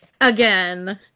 Again